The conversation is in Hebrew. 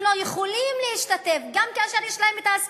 הם לא יכולים להשתתף גם כאשר יש להם ההשכלה,